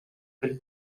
film